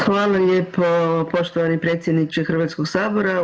Hvala lijepo poštovani predsjedniče Hrvatskog sabora.